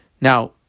Now